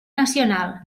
nacional